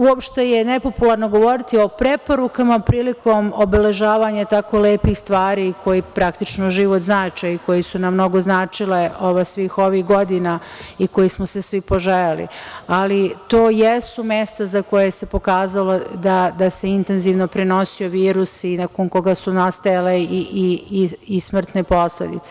Uopšte je nepopularno govoriti o preporukama prilikom obeležavanja tako lepih stvari koje praktično život znače i koje su nam mnogo značile svih ovih godina i kojih smo se svi poželeli, ali to jesu mesta za koja se pokazalo da se intenzivno prenosio virus i nakon kojih su nastajale i smrtne posledice.